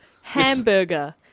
Hamburger